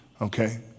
Okay